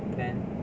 then